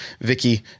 vicky